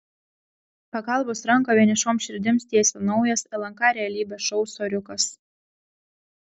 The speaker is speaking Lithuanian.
pagalbos ranką vienišoms širdims tiesia naujas lnk realybės šou soriukas